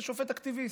זה שופט אקטיביסט.